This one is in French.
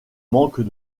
manque